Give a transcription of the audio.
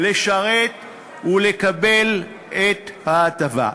לשרת ולקבל את ההטבה.